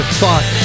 thought